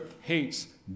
hates